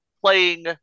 playing